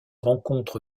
rencontre